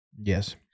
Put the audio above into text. Yes